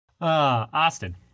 Austin